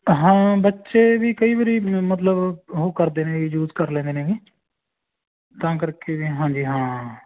ਹਾਂ ਬੱਚੇ ਵੀ ਕਈ ਵਾਰ ਮ ਮਤਲਬ ਉਹ ਕਰਦੇ ਨੇ ਇਹ ਯੂਸ ਕਰ ਲੈਂਦੇ ਨੇ ਇਹਨੂੰ ਤਾਂ ਕਰਕੇ ਹਾਂਜੀ ਹਾਂ